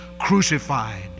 crucified